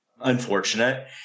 unfortunate